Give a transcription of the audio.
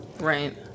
Right